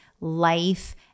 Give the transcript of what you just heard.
life